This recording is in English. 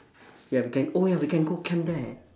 ya we can oh ya we can go camp there